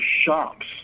shops